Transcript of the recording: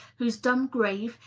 whose dumb grave,